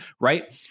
right